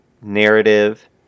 narrative